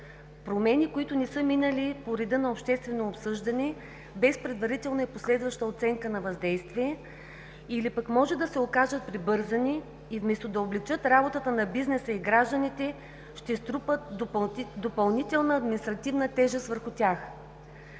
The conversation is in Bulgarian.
Промени, които не са минали по реда на обществено обсъждане, без предварителна и последваща оценка на въздействие, или пък може да се окажат прибързани и вместо да облекчат работата на бизнеса и гражданите, ще струпат допълнителна административна тежест между тях.